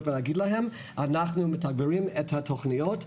ולהגיד להם 'אנחנו מתגברים את התכניות,